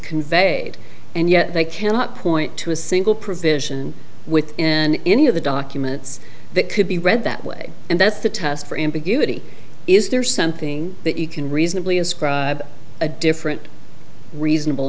conveyed and yet they cannot point to a single provision within any of the documents that could be read that way and that's the test for ambiguity is there something that you can reasonably ascribe a different reasonable